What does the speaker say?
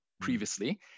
previously